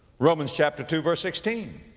romans chapter two verse sixteen,